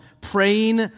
Praying